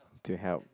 to help